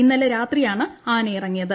ഇന്നലെ രാത്രിയാണ് ആനയിറങ്ങിയത്